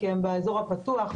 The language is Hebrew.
כי הם באזור הפתוח,